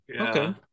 Okay